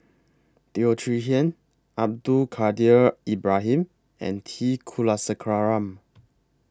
Teo Chee Hean Abdul Kadir Ibrahim and T Kulasekaram